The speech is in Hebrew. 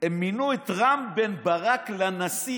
הם מינו את רם בן ברק לנשיא.